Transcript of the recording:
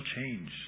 change